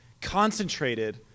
concentrated